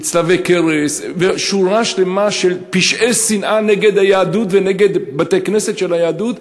צלבי קרס ושורה שלמה של פשעי שנאה נגד היהדות ונגד בתי-כנסת של היהדות?